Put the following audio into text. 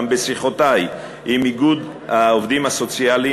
גם בשיחותי עם איגוד העובדים הסוציאליים,